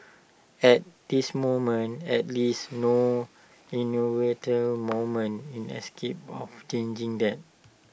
at this moment at least no movement is capable of changing that